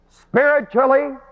Spiritually